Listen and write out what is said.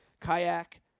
kayak